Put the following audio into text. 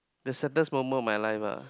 the certain moments of my life ah